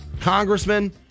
congressman